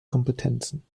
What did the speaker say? kompetenzen